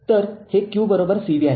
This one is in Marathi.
तर हे qcv माहिती आहे